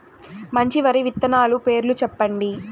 మంచి వరి విత్తనాలు పేర్లు చెప్పండి?